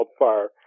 wildfire